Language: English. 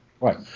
Right